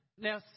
now